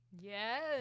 Yes